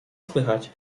słychać